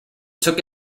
took